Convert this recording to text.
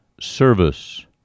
service